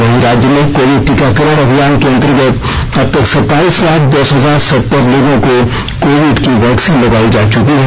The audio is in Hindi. वहीं राज्य में कोविड टीकाकरण अभियान के अंतर्गत अब तक सताईस लाख दस हजार सत्तर लोगों को कोविड की वैक्सीन लगाई जा चुंकी है